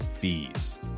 fees